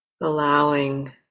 allowing